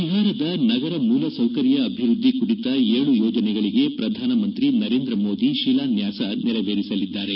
ಬಿಹಾರದ ನಗರ ಮೂಲ ಸೌಕರ್ಯ ಅಭಿವೃದ್ದಿ ಕುರಿತ ಏಳು ಯೋಜನೆಗಳಗೆ ಪ್ರಧಾನಮಂತ್ರಿ ನರೇಂದ್ರ ಮೋದಿ ಶಿಲಾನ್ಲಾಸ ನೆರವೇರಿಸಿದರು